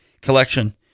collection